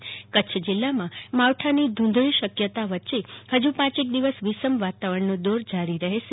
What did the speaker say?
જ્યારે કચ્છ જિલ્લામાં માવઠાની ધૂંધળી શક્યતા વચ્ચે હજુ પાંચેક દિવસ વિષમ વાતાવરણનો દોર જારી રહેશે